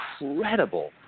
incredible